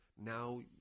Now